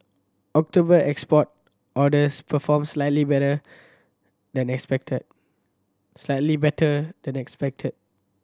October export orders performed slightly better than expected slightly better than expected